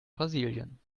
brasilien